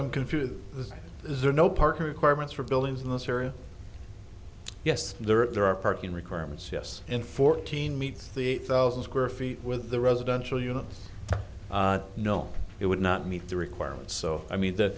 i'm confused is there no parking requirements for buildings in this area yes there are parking requirements yes in fourteen meets the eight thousand square feet with the residential you know no it would not meet the requirements so i mean th